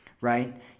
right